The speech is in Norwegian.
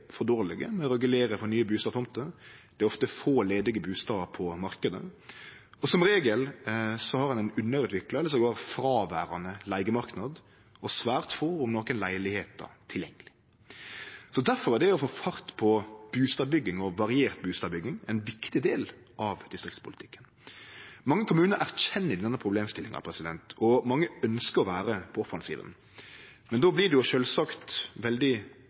for dårlege til å regulere for nye bustadtomter. Det er ofte få ledige bustader på marknaden, og som regel har ein ein undervikla eller attpåtil fråverande leigemarknad og svært få, om nokon, leilegheiter tilgjengeleg. Derfor er det å få fart på bustadbygging og variert bustadbygging ein viktig del av distriktspolitikken. Mange kommunar erkjenner denne problemstillinga, og mange ønskjer å vere på offensiven. Men då blir det sjølvsagt veldig